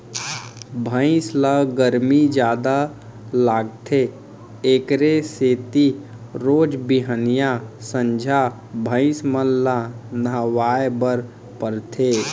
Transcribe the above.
भइंस ल गरमी जादा लागथे एकरे सेती रोज बिहनियॉं, संझा भइंस मन ल नहवाए बर परथे